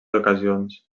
ocasions